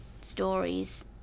stories